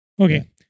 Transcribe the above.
okay